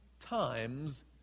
times